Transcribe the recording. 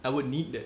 I would need that